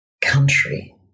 Country